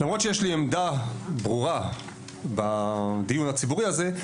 למרות שיש לי עמדה ברורה בדיון הציבורי הזה,